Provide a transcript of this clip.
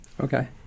Okay